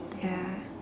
ya